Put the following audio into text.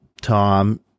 Tom